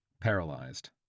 paralyzed